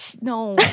No